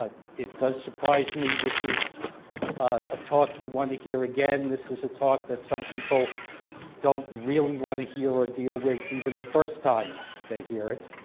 ah it does surprise me this is a talk you want to hear again. this is a talk that some people don't really want to hear or deal with even the first time they hear it.